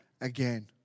again